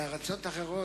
בארצות אחרות,